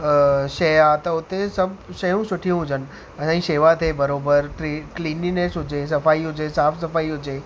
शइ आहे त उते सभु शयूं सुठियूं हुजनि ऐं शेवा थिए बराबरि क्लीनलीनैस हुजे सफ़ाई हुजे साफ़ सफ़ाई हुजे